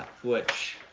which